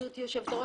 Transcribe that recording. גברתי היושבת-ראש,